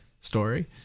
story